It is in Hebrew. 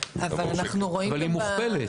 אבל היא מוכפלת.